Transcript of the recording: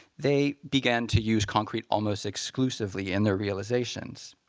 they began to use concrete almost exclusively in their realizations.